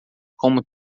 como